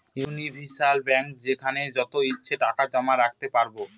universal bank যেখানে যত ইচ্ছে টাকা জমা রাখতে পারবো